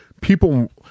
People